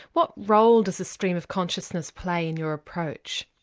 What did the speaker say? what role does the stream of consciousness play in your approach?